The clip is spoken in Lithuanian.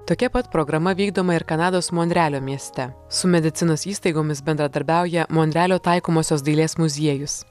tokia pat programa vykdoma ir kanados monrealio mieste su medicinos įstaigomis bendradarbiauja monrealio taikomosios dailės muziejus